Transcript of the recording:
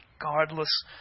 regardless